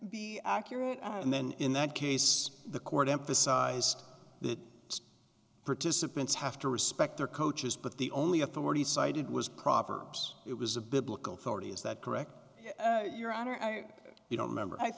be accurate and then in that case the court emphasized the participants have to respect their coaches but the only authority cited was proverbs it was a biblical authority is that correct your honor i don't remember